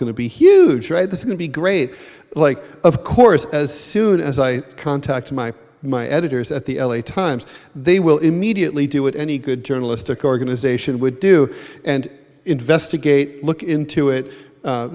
going to be huge right this is going to be great like of course as soon as i contact my my editors at the l a times they will immediately do it any good journalistic organization would do and investigate look into